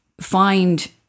find